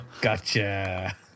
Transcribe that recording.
Gotcha